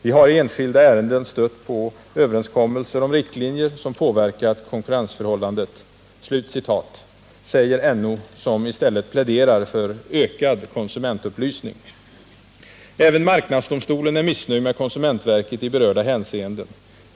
Vi har i enskilda ärenden stött på överenskommelser om riktlinjer som påverkat konkurrensförhållandet.” Detta säger NO, som i stället pläderar för ökad konsumentupplysning. Även marknadsdomstolen är missnöjd med konsumentverket i berörda hänseenden.